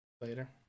Later